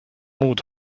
muud